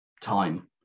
time